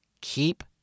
keep